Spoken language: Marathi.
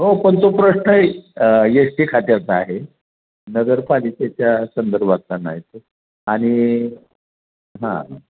हो पण तो प्रश्न येस टी खात्याचा आहे नगरपालीकेच्या संदर्भातला नाही तो आणि हां